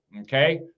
Okay